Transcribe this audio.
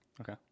Okay